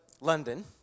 London